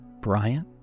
Brian